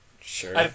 Sure